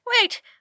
wait